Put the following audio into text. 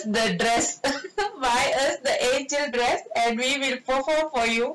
then buy us the dress buy us that H_L dress and we will go home for you